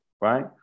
right